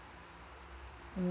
um